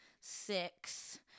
six